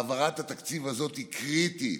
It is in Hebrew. העברת התקציב הזאת היא קריטית,